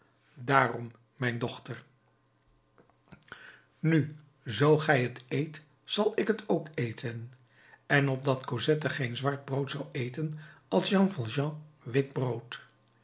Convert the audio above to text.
daarom mijn dochter nu zoo gij het eet zal ik het ook eten en opdat cosette geen zwart brood zou eten at jean